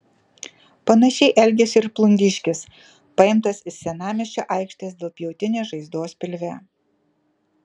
panašiai elgėsi ir plungiškis paimtas iš senamiesčio aikštės dėl pjautinės žaizdos pilve